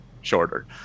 shorter